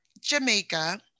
Jamaica